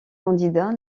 candidat